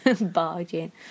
Barging